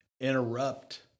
interrupt